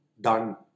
done